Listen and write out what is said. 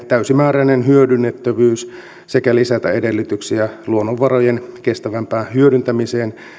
täysimääräinen hyödynnettävyys sekä lisätä edellytyksiä luonnonvarojen kestävämpään hyödyntämiseen